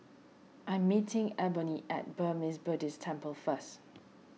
I'm meeting Ebony at Burmese Buddhist Temple first